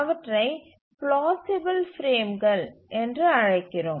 அவற்றை ப்ளாசிபில் பிரேம்கள் என்று அழைக்கிறோம்